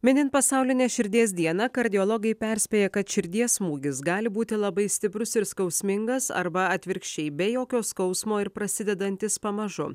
minint pasaulinę širdies dieną kardiologai perspėja kad širdies smūgis gali būti labai stiprus ir skausmingas arba atvirkščiai be jokio skausmo ir prasidedantis pamažu